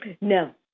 No